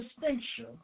distinction